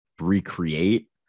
recreate